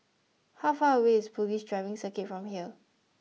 how far away is Police Driving Circuit from here